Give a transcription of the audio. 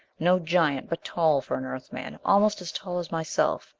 no giant, but tall for an earth man almost as tall as myself.